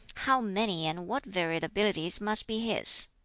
how many and what varied abilities must be his!